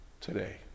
today